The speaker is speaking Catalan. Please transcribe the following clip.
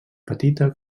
petita